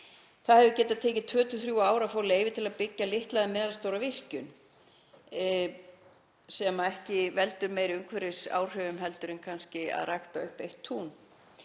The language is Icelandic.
Það hefur getað tekið tvö til þrjú ár að fá leyfi til að byggja litla eða meðalstóra virkjun sem ekki veldur meiri umhverfisáhrifum heldur en kannski að rækta upp eitt tún.